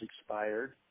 expired